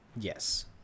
yes